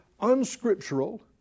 unscriptural